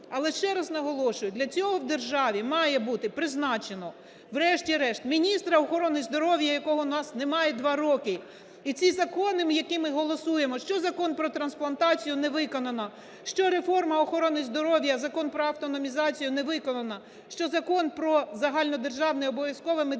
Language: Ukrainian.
Але, ще раз наголошую, для цього в державі має бути призначено врешті-решт міністра охорони здоров'я, якого в нас немає 2 роки, і ці закони, які ми голосуємо, що Закон про трансплантацію не виконано, що реформа охорони здоров'я, Закон про автономізацію не виконано, що Закон про загальнодержавне обов'язкове медичне